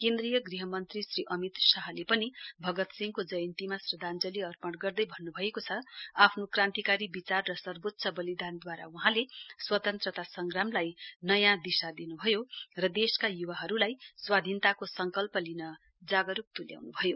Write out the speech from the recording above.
केन्द्रीय ग्रह मन्त्री श्री अमित शाहले पनि भगतसिंहको जयन्तीमा श्रध्याञ्जली अर्पण गर्दै भन्नुभएको छ आफ्नो क्रान्तिकारी विचार र सर्वोच्य बलिदानद्वारा वहाँले स्वतन्त्रता संग्रामलाई नयाँ दिशा दिनुभयो र देशका युवाहरूलाई स्वाधीनतको संकल्प लिन जागरूक तुल्याउनुभयो